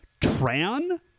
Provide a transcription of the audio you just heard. Tran